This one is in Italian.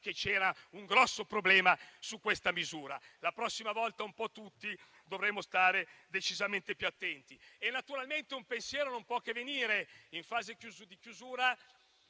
che c'era un grosso problema su questa misura. La prossima volta un po' tutti dovremmo stare decisamente più attenti. Naturalmente un pensiero non può che venire, in fase di chiusura,